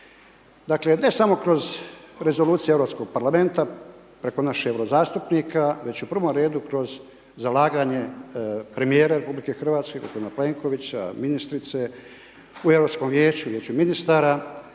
Dakle ne samo kroz rezolucije Europskog parlamenta, preko našeg eurozastupnika, već u prvom redu kroz zalaganje premjera RH, g. Plenkovića, ministrice u Europskom vijeću, već i ministara